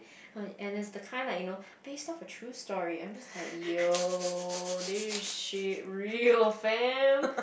and it's the kind like you know based off a true story and I'm just like yo this shit real fam